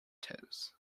toes